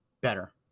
better